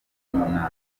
mnangagwa